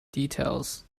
details